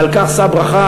ועל כך שא ברכה,